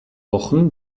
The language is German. wochen